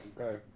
Okay